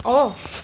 ओह्